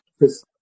yes